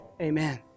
Amen